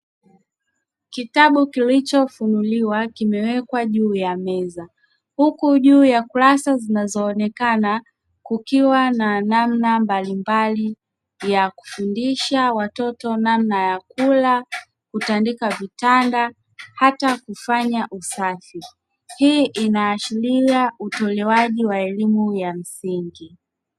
Kitabu kilichofunuliwa kimewekwa juu ya meza, huku juu ya kurasa zinazoonekana kukiwa na namna mbalimbali ya kufundisha watoto namna ya kula, kutandika vitanda hata kufanya usafi. Hii inaashiria utolewaji wa elimu ya msingi.